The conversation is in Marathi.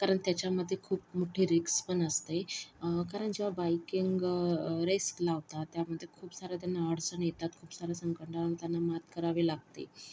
कारण त्याच्यामध्ये खूप मोठी रिक्स पण असते कारण ज्या बाईकिंग रेस लावतात त्यामध्ये खूप साऱ्या त्यांना अडचणी येतात खूप साऱ्या संकटांना त्यांना मात करावी लागते